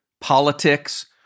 politics